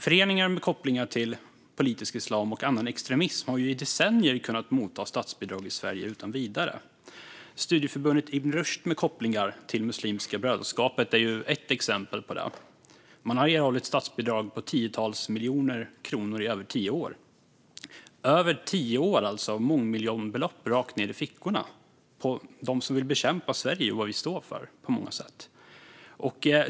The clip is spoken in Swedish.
Föreningar med kopplingar till politisk islam och annan extremism har i decennier kunnat ta emot statsbidrag i Sverige utan vidare. Studieförbundet Ibn Rushd, som har kopplingar till Muslimska brödraskapet, är ett exempel på detta. Man har erhållit statsbidrag på tiotals miljoner kronor i över tio år. I över tio år har alltså mångmiljonbelopp gått rakt ned i fickorna på dem som på många sätt vill bekämpa Sverige och vad vi står för.